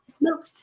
No